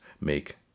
make